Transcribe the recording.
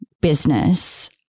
business